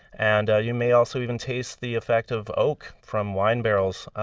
and ah you may also even taste the effect of oak from wine barrels,